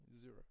Zero